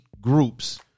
groups